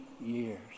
years